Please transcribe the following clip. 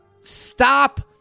stop